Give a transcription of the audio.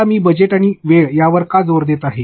आता मी बजेट आणि वेळ यावर का जोर देत आहे